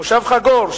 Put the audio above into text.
מושב חגור,